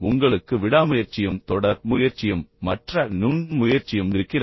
உங்களுக்கு விடாமுயற்சியும் தொடர் முயற்சியும் மற்ற நுண் முயற்சியும் இருக்கிறதா